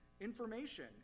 information